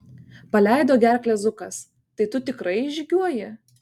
paleido gerklę zukas tai tu tikrai išžygiuoji